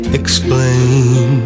explain